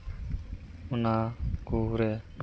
ᱚᱱᱟ ᱠᱚᱨᱮ